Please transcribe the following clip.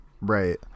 Right